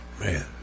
Man